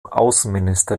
außenminister